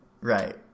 Right